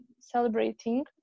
celebrating